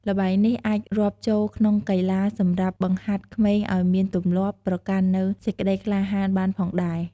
ល្បែងនេះ អាចរាប់ចូលក្នុងកីឡាសម្រាប់បង្ហាត់ក្មេងឲ្យមានទំលាប់ ប្រកាន់នូវសេចក្តីក្លាហានបានផងដែរ ។